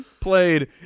played